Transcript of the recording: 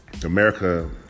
America